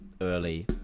early